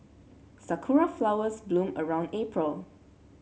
Sakura flowers bloom around April